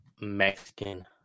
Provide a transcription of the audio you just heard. Mexican